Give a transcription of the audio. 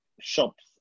shops